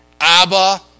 Abba